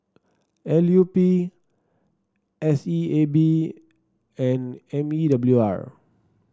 L U P S E A B and M E W R